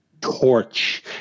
torch